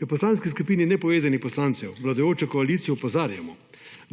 V Poslanski skupin Nepovezanih poslancev vladajočo koalicijo opozarjamo,